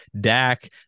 Dak